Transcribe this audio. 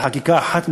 לחקיקה אחת מסודרת,